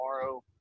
tomorrow